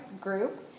group